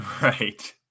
right